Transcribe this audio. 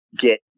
get